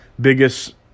biggest